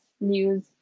news